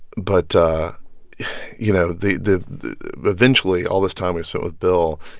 but you know, the the eventually, all this time we spent with bill,